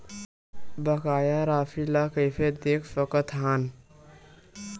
बकाया राशि ला कइसे देख सकत हान?